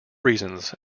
reasons